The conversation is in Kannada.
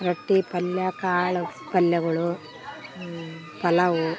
ರೊಟ್ಟಿ ಪಲ್ಯ ಕಾಳು ಪಲ್ಯಗಳು ಪಲಾವು